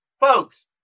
Folks